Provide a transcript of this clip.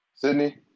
Sydney